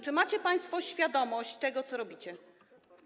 Czy macie państwo świadomość tego, co robicie?